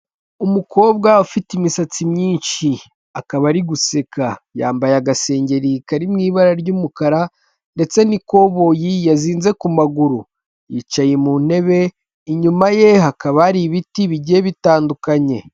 Umukobwa ufite imisatsi myinshi, akaba ari guseka yambaye agaseri kari mu ibara ry'umukara ndetse n'ikoboyi yazinze ku maguru yicaye mu ntebe inyuma ye hakaba hari ibiti bigiye bitandukanye.